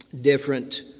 different